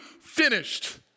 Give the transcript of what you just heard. finished